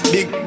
Big